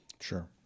Sure